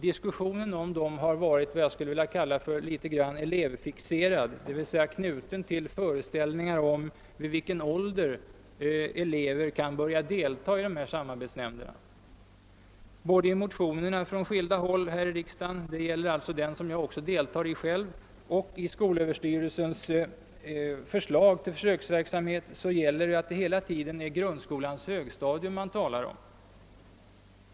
Diskussionen om dem har varit vad jag skulle vilja kalla elevfixerad, d.v.s. knuten till föreställningar om vid vilken ålder elever kan börja delta i samarbetsnämnderna. Både i motionerna från skilda håll här i riksdagen — det gäller också den som jag har varit med om att väcka — och i skolöverstyrelsens förslag till försöksverksamhet talas det hela tiden om grundskolans högstadium.